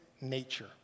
nature